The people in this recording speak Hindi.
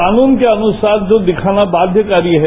कानून के अनुसार जो दिखाना बाध्यकारी है